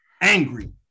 angry